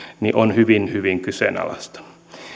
on hyvin hyvin kyseenalaista